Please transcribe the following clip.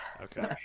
Okay